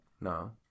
no